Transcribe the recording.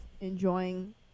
enjoying